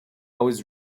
was